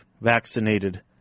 vaccinated